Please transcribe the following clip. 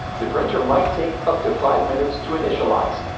the printer might take up to five minutes to initialize.